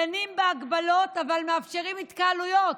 דנים בהגבלות אבל מאפשרים התקהלויות.